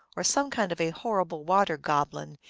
or some kind of a horrible water-goblin,